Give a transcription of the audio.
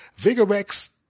Vigorex